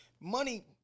money